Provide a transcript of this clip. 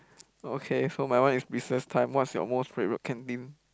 oh okay so my one is business time what's your most favourite canteen